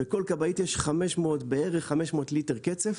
בכל כבאית יש בערך 500 ליטר קצף.